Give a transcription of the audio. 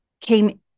came